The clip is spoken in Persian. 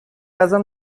ازم